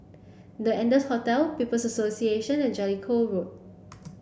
the Ardennes Hotel People's Association and Jellicoe Road